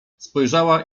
spojrzała